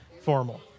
formal